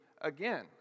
again